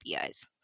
APIs